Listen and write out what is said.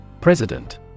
President